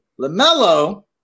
LaMelo